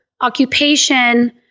occupation